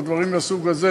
או דברים מהסוג הזה,